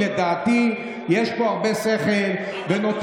לדעתי יש פה הרבה שכל, אבל זה נכשל.